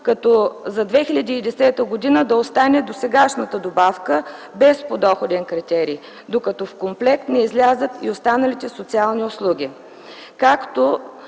като за 2010 г. да остане досегашната добавка, без подоходен критерий, докато в комплект не влязат и останалите социални услуги. Както